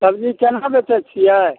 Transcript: सब्जी केना बेचै छियै